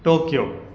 Tokyo